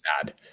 sad